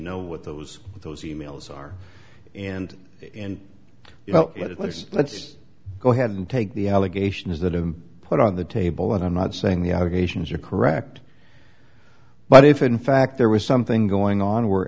know what those those e mails are and in well let's let's go ahead and take the allegation is that i'm put on the table and i'm not saying the allegations are correct but if in fact there was something going on w